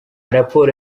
raporo